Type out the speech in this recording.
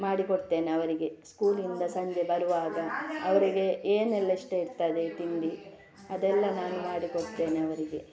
ಮಾಡಿ ಕೊಡ್ತೇನೆ ಅವರಿಗೆ ಸ್ಕೂಲಿಂದ ಸಂಜೆ ಬರುವಾಗ ಅವರಿಗೆ ಏನೆಲ್ಲ ಇಷ್ಟ ಇರ್ತದೆ ತಿಂಡಿ ಅದೆಲ್ಲ ನಾನು ಮಾಡಿ ಕೊಡ್ತೇನೆ ಅವರಿಗೆ